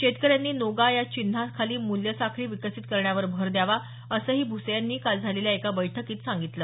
शेतकऱ्यांनी नोगा या चिन्हा खाली मूल्यसाखळी विकसित करण्यावर भर द्यावा असंही भुसे यांनी काल झालेल्या एका बैठकीत सांगितलं